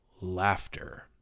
laughter